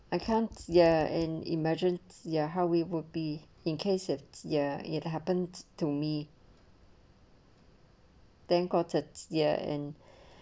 I can't ya and emergency ya how we would be in case of ya it happens to me then quarter ya and